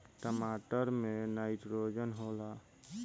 टमाटर मे नाइट्रोजन होला?